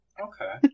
Okay